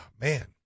man